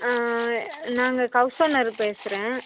நாங்கள் house owner பேசுகிறேன்